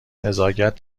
نزاکت